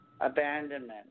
abandonment